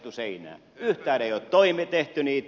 yhtään ei ole tehty niitä